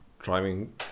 Driving